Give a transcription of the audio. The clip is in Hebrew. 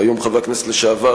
כיום חבר הכנסת לשעבר,